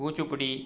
Kuchipudi